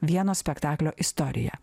vieno spektaklio istorija